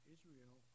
Israel